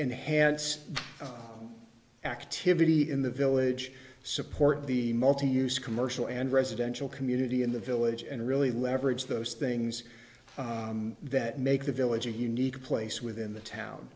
enhanced activity in the village support the multi use commercial and residential community in the village and really leverage those things that make the village a unique place within the town